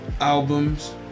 albums